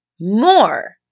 more